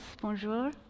bonjour